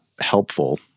helpful